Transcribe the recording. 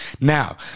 Now